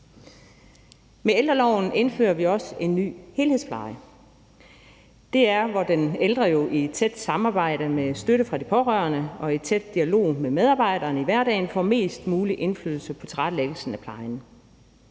Med ældreloven indfører vi også en ny helhedspleje. Det er, hvor den ældre jo i et tæt samarbejde med støtte fra de pårørende og i tæt dialog med medarbejderne i hverdagen får mest mulig indflydelse på tilrettelæggelsen af plejen.